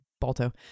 balto